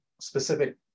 specific